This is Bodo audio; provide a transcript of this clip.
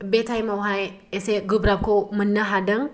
बे टाइमावहाय एसे गोब्राबखौ मोननो हादों